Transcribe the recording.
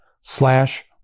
slash